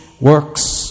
works